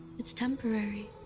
it's temporary.